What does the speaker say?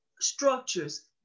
structures